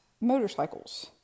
motorcycles